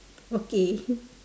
okay